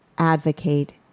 advocate